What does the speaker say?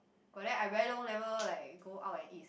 but then I very long never like go out and eat